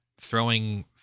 throwing